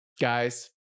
guys